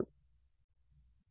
విద్యార్థి ei 0